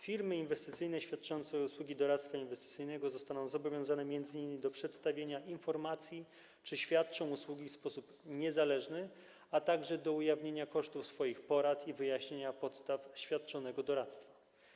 Firmy inwestycyjne świadczące usługi doradztwa inwestycyjnego zostaną zobowiązane m.in. do przedstawienia informacji o tym, czy świadczą usługi w sposób niezależny, a także do ujawnienia kosztów swoich porad i wyjaśnienia podstaw świadczonego doradztwa.